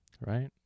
Right